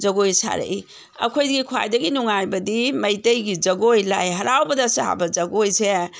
ꯖꯒꯣꯏ ꯁꯥꯔꯛꯏ ꯑꯩꯈꯣꯏꯒꯤ ꯈ꯭ꯋꯥꯏꯗꯒꯤ ꯅꯨꯡꯉꯥꯏꯕꯗꯤ ꯃꯩꯇꯩꯒꯤ ꯖꯒꯣꯏ ꯂꯥꯏ ꯍꯔꯥꯎꯕꯗ ꯁꯥꯕ ꯖꯒꯣꯏꯁꯦ